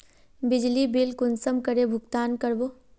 बिजली बिल कुंसम करे भुगतान कर बो?